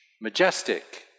majestic